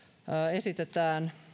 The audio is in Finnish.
esitetään